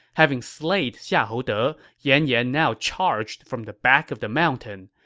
having slayed xiahou de, yan yan now charged from the back of the mountain.